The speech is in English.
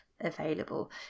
available